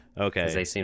okay